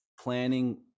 planning